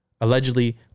allegedly